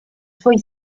suoi